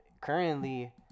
currently